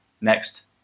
next